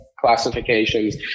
classifications